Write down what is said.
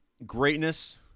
greatness